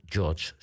George